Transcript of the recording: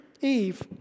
Eve